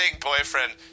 boyfriend